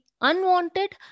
unwanted